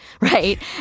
right